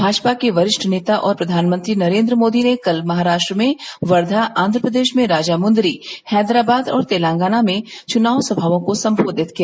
भाजपा के वरिष्ठ नेता और प्रधानमंत्री नरेन्द्र मोदी ने कल महाराष्ट्र में वर्षा आन्ध्रप्रदेश में राजामुंदरी हैदराबाद और तेलंगाना में चुनाव सभाओं को सम्बोधित किया